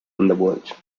underworld